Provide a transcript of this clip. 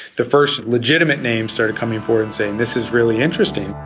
the first legitimate names started coming forward and saying this is really interesting.